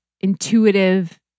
intuitive